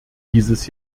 dieses